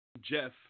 Jeff